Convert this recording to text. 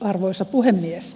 arvoisa puhemies